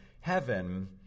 heaven